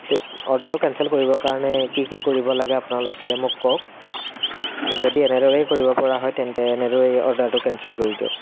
flip অৰ্ডাৰটো cancel কৰিবৰ কাৰণে কি কি কৰিব লাগে আপোনালোকে মোক কওক যদি এনেদৰেই কৰিব পৰা হয় তেন্তে এনেদৰেই অৰ্ডাৰটো কেঞ্চেল কৰি দিয়ক